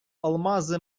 алмази